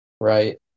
right